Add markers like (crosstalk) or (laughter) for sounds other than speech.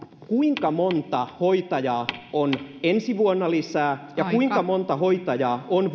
kuinka monta hoitajaa tässä kirjassa on lisää ensi vuonna ja kuinka monta hoitajaa on (unintelligible)